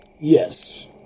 Yes